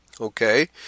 okay